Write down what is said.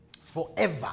Forever